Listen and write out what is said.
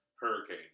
hurricane